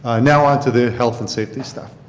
ah now onto the health and safety stuff.